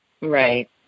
right